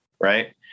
right